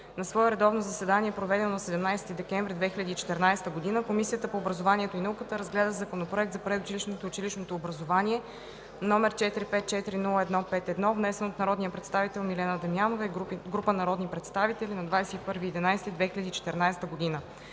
На свое редовно заседание, проведено на 17 декември 2014 г., Комисията по образованието и науката разгледа Законопроект за предучилищното и училищното образование, № 454-01-51, внесен от народния представител Милена Дамянова и група народни представители на 21 ноември 2014 г.